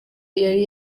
yari